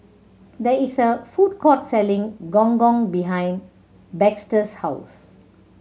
there is a food court selling Gong Gong behind Baxter's house